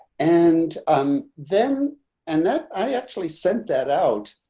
and um then and that i actually sent that out.